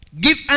Give